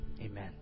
Amen